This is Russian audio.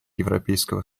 европейского